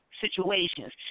situations